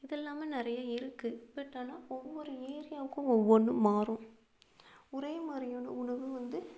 இதில்லாம நிறைய இருக்குது பட் ஆனால் ஒவ்வொரு ஏரியாவுக்கும் ஒவ்வொன்றும் மாறும் ஒரே மாதிரியான உணவு வந்து